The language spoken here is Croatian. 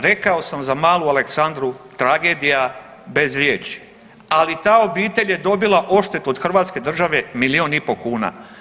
Rekao sam za malu Aleksandru tragedija bez riječi, ali ta obitelj je dobila odštetu od hrvatske države milijun i po kuna.